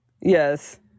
Yes